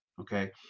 Okay